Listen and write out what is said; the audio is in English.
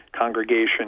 Congregation